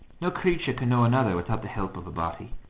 no creature can know another without the help of a body.